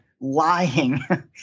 lying